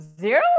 zero